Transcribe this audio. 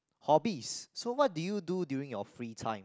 hobbies so what do you do during your free time